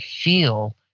feel